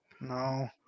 No